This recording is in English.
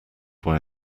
why